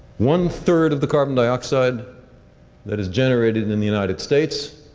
one third of the carbon dioxide that is generated in the united states,